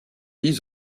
dix